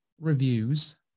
reviews